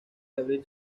abril